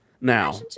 Now